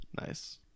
Nice